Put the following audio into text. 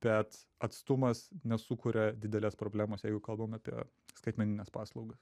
bet atstumas nesukuria didelės problemos jeigu kalbam apie skaitmenines paslaugas